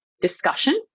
discussion